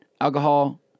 alcohol